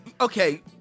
okay